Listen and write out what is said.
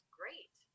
great